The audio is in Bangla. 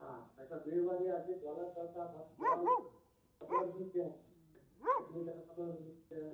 হ্যাঁ একটা বিয়েবাড়ি আছে জলের দরকার হবে জল কত করে নিচ্ছেন এক লিটার কত করে নিচ্ছেন